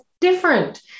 different